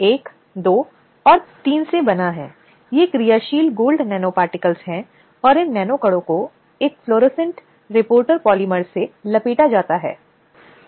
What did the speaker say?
तो एक बार जब वहाँ है तो व्यक्ति को यह समझना चाहिए कि अगर कोई एक या दूसरे के अपमानजनक या अपमानजनक उपचार के माध्यम से कार्य में हस्तक्षेप करने की कोशिश कर रहा है